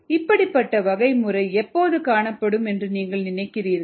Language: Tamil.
இப்படிப்பட்ட வகைமுறை எப்போது காணப்படும் என்று நீங்கள் நினைக்கிறீர்கள்